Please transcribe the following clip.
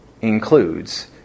includes